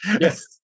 Yes